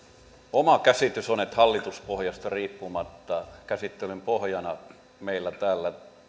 oma käsitykseni on että hallituspohjasta riippumatta käsittelyn pohjana meillä täällä